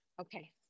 Okay